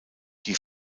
die